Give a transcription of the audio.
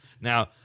Now –